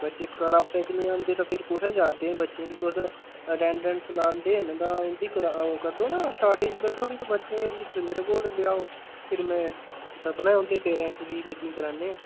बच्चे क्लासै च नी आंदे ते फिर कुत्थें जा दे बच्चें गी तुस अटेंडेंस लांदे न तां उंदी ओह् कड्ढो ना शार्टेज कड्ढो फिर बच्चें दे रजिस्टर मेरे कोल लेयाओ फिर में सद्दना उंदे पेरेंट्स गी मीटिंग कराने आं